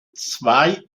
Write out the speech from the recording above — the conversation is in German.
zwei